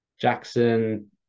Jackson